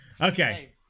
Okay